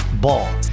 Ball